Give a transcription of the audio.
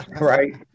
Right